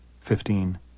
Fifteen